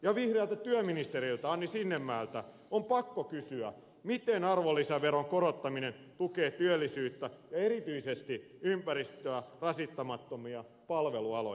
ja vihreältä työministeriltä anni sinnemäeltä on pakko kysyä miten arvonlisäveron korottaminen tukee työllisyyttä ja erityisesti ympäristöä rasittamattomia palvelualoja